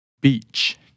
Beach